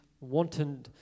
wanton